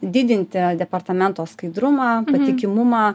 didinti departamento skaidrumą patikimumą